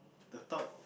the top